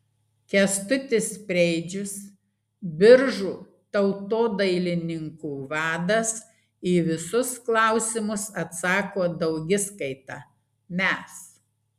kęstutis preidžius biržų tautodailininkų vadas į visus klausimus atsako daugiskaita mes